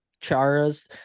Charas